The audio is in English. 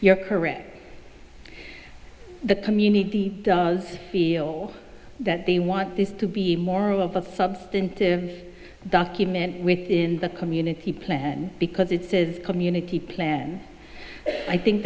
you're correct the community does feel that they want this to be more of a substantive document within the community plan because it says community plan i think